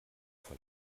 von